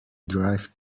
drive